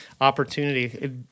opportunity